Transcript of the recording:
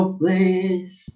please